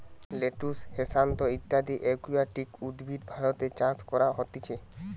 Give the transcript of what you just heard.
lettuce, hyacinth ইত্যদি aquatic উদ্ভিদ ভারতে চাষ করা হতিছে